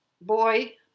boy